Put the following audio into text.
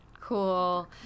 Cool